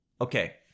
Okay